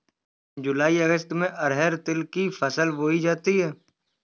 जूलाई अगस्त में अरहर तिल की फसल बोई जाती हैं